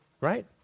right